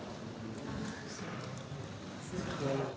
Hvala